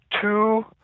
two